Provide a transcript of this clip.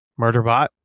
Murderbot